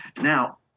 now